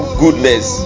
goodness